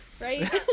right